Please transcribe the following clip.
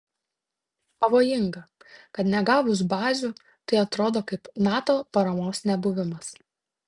pavojinga kad negavus bazių tai atrodo kaip nato paramos nebuvimas